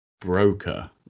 broker